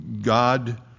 God